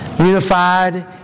Unified